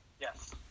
Yes